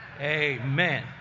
Amen